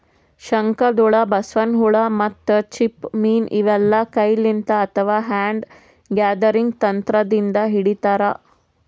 ಶಂಕದ್ಹುಳ, ಬಸವನ್ ಹುಳ ಮತ್ತ್ ಚಿಪ್ಪ ಮೀನ್ ಇವೆಲ್ಲಾ ಕೈಲಿಂತ್ ಅಥವಾ ಹ್ಯಾಂಡ್ ಗ್ಯಾದರಿಂಗ್ ತಂತ್ರದಿಂದ್ ಹಿಡಿತಾರ್